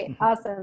awesome